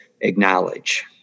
acknowledge